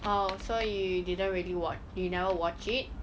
oh so you didn't really watch you never watch it